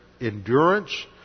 endurance